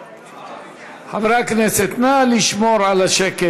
חברי הכנסת, נא לשמור על השקט.